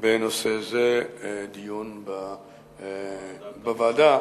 בנושא זה דיון בוועדה,